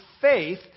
faith